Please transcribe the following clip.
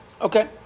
Okay